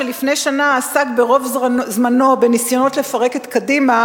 שלפני שנה עסק רוב זמנו בניסיונות לפרק את קדימה,